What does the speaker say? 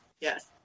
yes